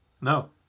No